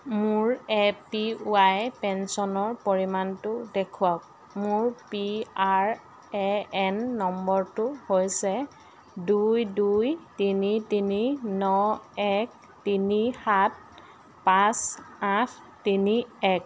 মোৰ A P Y পেঞ্চনৰ পৰিমাণটো দেখুৱাওক মোৰ পি আৰ এ এন নম্বৰটো হৈছে দুই দুই তিনি তিনি ন এক তিনি সাত পাঁচ আঠ তিনি এক